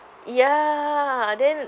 ya then